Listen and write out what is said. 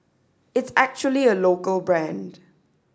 it's actually a local brand